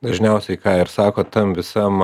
dažniausiai ką ir sako tam visam